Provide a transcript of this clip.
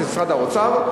זה משרד האוצר,